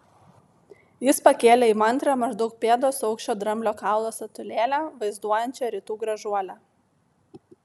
jis pakėlė įmantrią maždaug pėdos aukščio dramblio kaulo statulėlę vaizduojančią rytų gražuolę